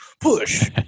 push